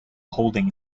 holding